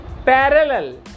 Parallel